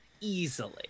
easily